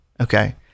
Okay